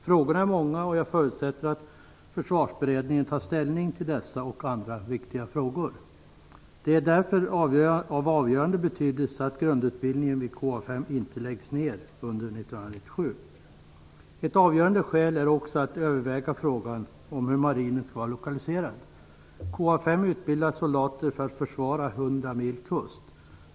Frågorna är många, och jag förutsätter att Försvarsberedningen tar ställning till dessa och andra viktiga frågor. Det är därför av avgörande betydelse att grundutbildningen vid KA 5 inte läggs ner under 1997. Ett avgörande skäl är också att överväga frågan om hur marinen skall vara lokaliserad. KA 5 utbildar soldater för att försvara 100 mil kust.